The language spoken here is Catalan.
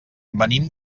venim